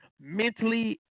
mentally